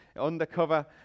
undercover